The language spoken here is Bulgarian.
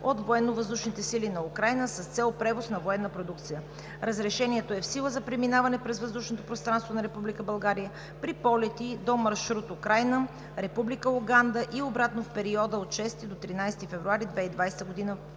от Военновъздушните сили на Украйна с цел превоз на военна продукция. Разрешението е в сила за преминаване през въздушното пространство на Република България при полети по маршрут Украйна – Република Уганда и обратно в периода от 6 до 13 февруари 2020 г.